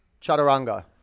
Chaturanga